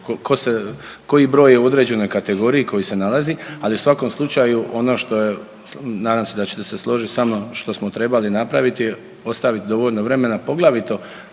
koji broj je u određenoj kategoriji koji se nalazi, ali u svakom slučaju ono što je, nadam se da ćete se složiti sa mnom što smo trebali napraviti je ostaviti dovoljno vremena, poglavito